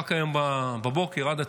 רק היום בבוקר עד הצוהריים,